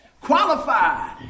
Qualified